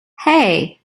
hey